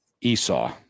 Esau